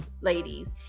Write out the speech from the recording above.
ladies